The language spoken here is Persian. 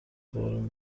بارون